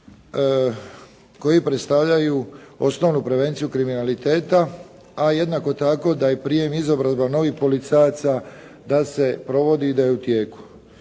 koji predstavljaju osnovnu prevenciju kriminaliteta, a jednako tako da je prijem i izobrazba novih policajaca da se provodi i da je u tijeku.